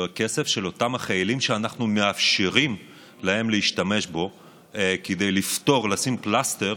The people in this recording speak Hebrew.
זה הכסף של אותם החיילים ואנחנו מאפשרים להם להשתמש בו כדי לשים פלסטר,